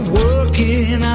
working